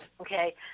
Okay